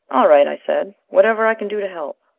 all right, i said. whatever i can do to help.